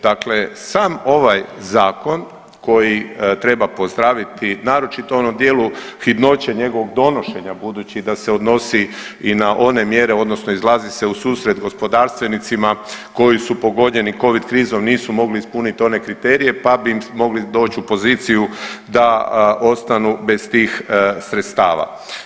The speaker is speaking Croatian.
Dakle, sam ovaj zakon koji treba pozdraviti, naročito u onom dijelu hitnoće njegovog donošenja, budući da se odnosi i na one mjere odnosno izlazi se u susret gospodarstvenicima koji su pogođeni covid krizom, nisu mogli ispunit one kriterije pa bi mogli doći u poziciju da ostanu bez tih sredstava.